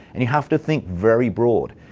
and you have to think very broadly,